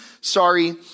Sorry